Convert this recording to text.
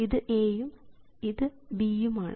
ഇത് A ഉം ഇത് B ഉം ആണ്